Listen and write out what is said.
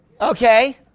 Okay